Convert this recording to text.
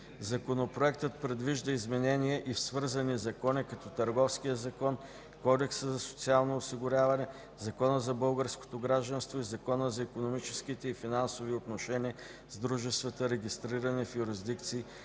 Законопроектът предвижда изменения и в свързани закони като Търговския закон, Кодекса за социално осигуряване, Закона за българското гражданство и Закона за икономическите и финансовите отношения с дружествата, регистрирани в юрисдикции